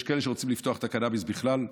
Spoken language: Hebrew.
יש כאלה שרוצים לפתוח את הקנביס בכלל,